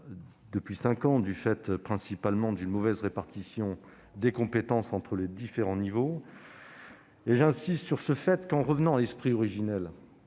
depuis cinq ans du fait principalement d'une mauvaise répartition des compétences entre les différents échelons. J'insiste sur un point : le fait de revenir à l'esprit originel